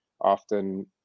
often